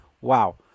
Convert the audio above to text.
Wow